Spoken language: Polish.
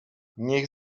niech